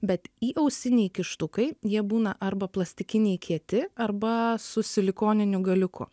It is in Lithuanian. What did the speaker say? bet įausiniai kištukai jie būna arba plastikiniai kieti arba su silikoniniu galiuku